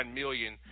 million